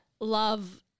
love